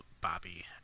Bobby